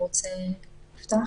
הוא רוצה לפתוח.